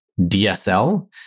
DSL